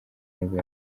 nibwo